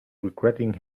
regretting